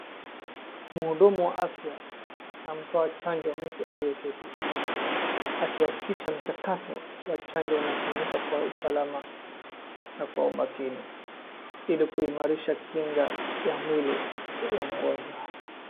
Mhudumu wa afya anamtoa chanjo mtu anayeketi, akihakikisha mchakato wa chanjo unafanyika kwa usalama na kwa umakini ili kuimarisha kinga ya mwili wa mgonjwa.